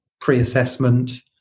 pre-assessment